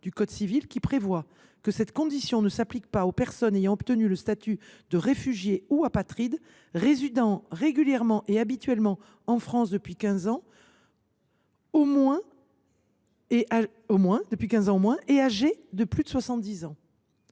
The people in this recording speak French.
du code civil, qui prévoit que cette « condition […] ne s’applique pas aux [personnes ayant obtenu le statut de réfugié ou apatride] résidant régulièrement et habituellement en France depuis quinze années au moins et âgés de plus de soixante